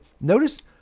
notice